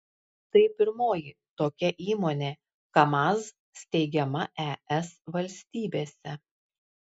tai pirmoji tokia įmonė kamaz steigiama es valstybėse